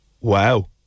Wow